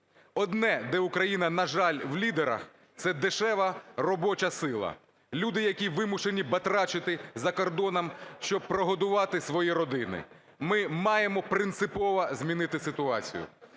Одне, де Україна, на жаль, в лідерах – це дешева робоча сила, люди, які вимушені батрачити за кордоном, щоб прогодувати свої родини. Ми маємо принципово змінити ситуацію.